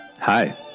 Hi